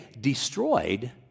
destroyed